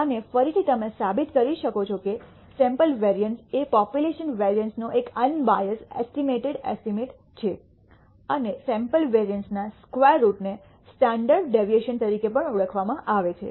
અને ફરીથી તમે સાબિત કરી શકો છો કે સૈમ્પલ વેરિઅન્સ એ પોપ્યુલેશન વેરિઅન્સનો એક અન્બાઇઅસ્ડ એસ્ટિમેટેડ એસ્ટીમેટ છે અને સૈમ્પલ વેરિઅન્સ ના સ્ક્વેર રૂટને સ્ટાન્ડર્ડ ડેવિએશન તરીકે પણ ઓળખવામાં આવે છે